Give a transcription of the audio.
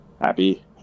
happy